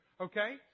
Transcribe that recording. Okay